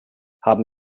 haben